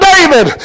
David